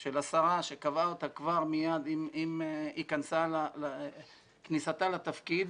של השרה שקבעה אותה כבר מיד עם כניסתה לתפקיד,